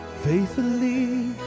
Faithfully